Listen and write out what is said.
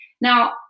Now